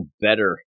better